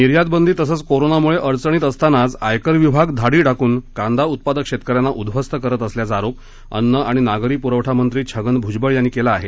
निर्यात बंदी तसंच कोरोनामुळे अडचणीत सापडला असतानाच आयकर विभाग धाडी टाकून कांदा उत्पादक शेतकऱ्यांना उध्वस्त करत असल्याचा आरोप अन्न आणि नागरी पुरवठा मंत्री छगन भुजबळ यांनी केला आहे